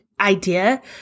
idea